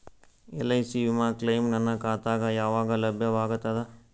LIC ವಿಮಾ claim ನನ್ನ ಖಾತಾಗ ಯಾವಾಗ ಲಭ್ಯವಾಗತದ?